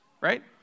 right